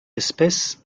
espèce